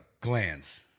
Glands